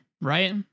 right